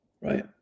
right